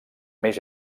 més